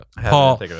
Paul